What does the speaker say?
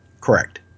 Correct